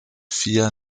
vier